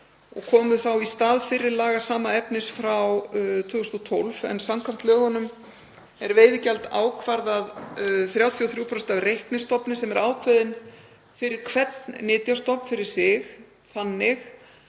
og komu þá í stað fyrri laga sama efnis frá 2012. Samkvæmt lögunum er veiðigjald ákvarðað 33% af reiknistofni sem ákveðinn er fyrir hvern nytjastofn þannig